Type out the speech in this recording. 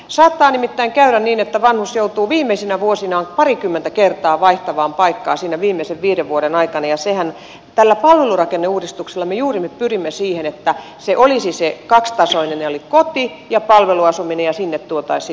saattaa nimittäin käydä niin että vanhus joutuu viimeisinä vuosinaan parikymmentä kertaa vaihtamaan paikkaa niiden viimeisten viiden vuoden aikana ja tällä palvelurakenneuudistuksella me pyrimme juuri siihen että se olisi se kaksitasoinen malli eli koti ja palveluasuminen ja sinne tuotaisiin sitten ne palvelut